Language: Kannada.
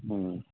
ಹ್ಞೂ